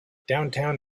downtown